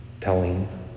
telling